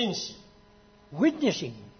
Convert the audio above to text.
witnessing